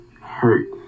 hurt